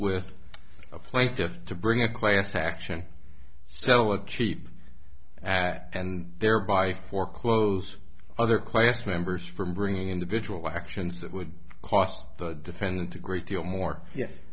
with a plaintiff to bring a class action so a cheap and thereby foreclose other class members from bringing individual actions that would cost the defendant a great deal more